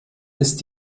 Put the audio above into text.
ist